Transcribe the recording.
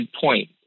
point